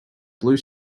blue